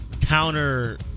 counter